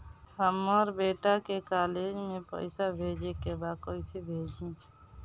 हमर बेटा के कॉलेज में पैसा भेजे के बा कइसे भेजी?